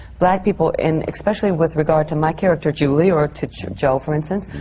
black people, and especially with regard to my character, julie, or to joe, for instance.